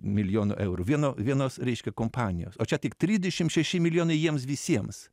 milijonų eurų vieno vienos reiškia kompanijos o čia tik tridešim šeši milijonai jiems visiems